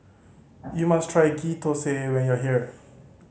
you must try Ghee Thosai when you are here